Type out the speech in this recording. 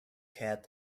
had